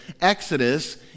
Exodus